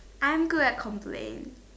I'm good at complain